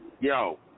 Yo